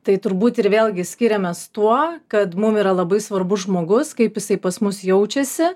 tai turbūt ir vėlgi skiriamės tuo kad mum yra labai svarbus žmogus kaip jisai pas mus jaučiasi